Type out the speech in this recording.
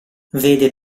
vede